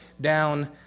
down